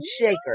shaker